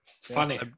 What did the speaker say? Funny